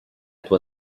tua